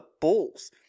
Bulls